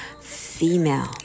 female